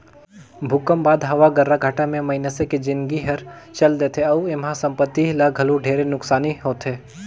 भूकंप बाद हवा गर्राघाटा मे मइनसे के जिनगी हर चल देथे अउ एम्हा संपति ल घलो ढेरे नुकसानी होथे